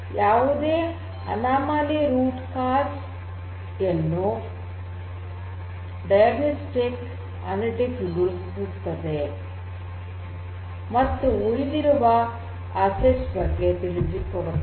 ಯಾವುದೇ anomaly root cause ಅನ್ನು diagnostics analytics ಗುರುತಿಸುತ್ತದೆ ಮತ್ತು ಉಳಿದಿರುವ ಅಸೆಟ್ ಬಗ್ಗೆ ತಿಳಿಸಿಕೊಡುತ್ತದೆ